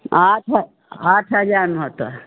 आठ आठ हजारमे होतऽ